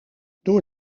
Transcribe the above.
door